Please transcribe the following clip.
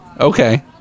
Okay